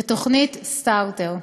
ותוכנית "סטרטר".